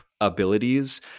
abilities